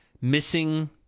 missing